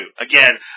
Again